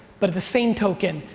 but at the same token,